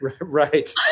Right